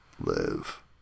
live